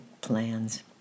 plans